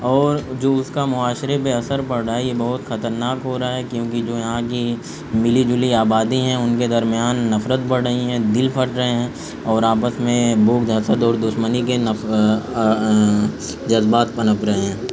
اور جو اس کا معاشرے پہ اثر پڑ رہا ہے یہ بہت خطرناک ہو رہا ہے کیونہ جو یہاں کی ملی جلی آبادی ہیں ان کے درمیان نفرت بڑھ رہی ہیں دل پھٹ رہے ہیں اور آپس میں بغض حصد اور دشمنی کے جذبات پنپ رہے ہیں